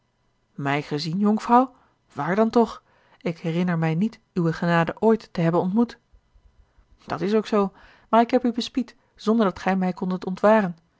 mij gezien jonkvrouw waar dan toch ik herinner mij niet uwe genade ooit te hebben ontmoet at is ook zoo maar ik heb u bespied zonderdat gij mij kondet ontwaren